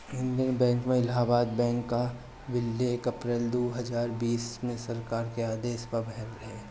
Indian Bank में Allahabad Bank कअ विलय एक अप्रैल दू हजार बीस में सरकार के आदेश पअ भयल रहे